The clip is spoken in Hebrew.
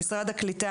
למשרד הקליטה,